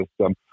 system